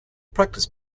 practice